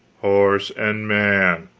horse and man,